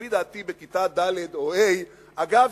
לפי דעתי בכיתה ד' או ה' אגב,